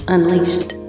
Unleashed